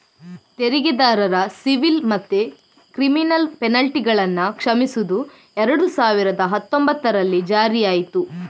ತೆರಿಗೆದಾರರ ಸಿವಿಲ್ ಮತ್ತೆ ಕ್ರಿಮಿನಲ್ ಪೆನಲ್ಟಿಗಳನ್ನ ಕ್ಷಮಿಸುದು ಎರಡು ಸಾವಿರದ ಹತ್ತೊಂಭತ್ತರಲ್ಲಿ ಜಾರಿಯಾಯ್ತು